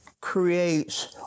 creates